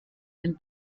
den